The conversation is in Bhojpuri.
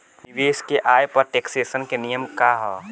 निवेश के आय पर टेक्सेशन के नियम का ह?